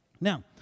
Now